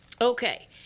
Okay